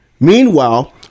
Meanwhile